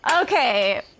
Okay